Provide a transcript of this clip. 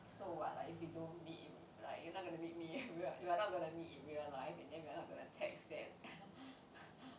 so what like if we don't meet if like you're not going to meet me we're not going to meet in real life and then we're not gonna text then